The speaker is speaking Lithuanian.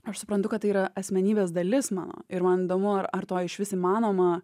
aš suprantu kad tai yra asmenybės dalis mano ir man įdomu ar to išvis įmanoma